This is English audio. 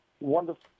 wonderful